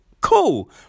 cool